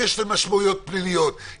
שיש להם משמעויות פליליות.